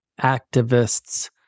activists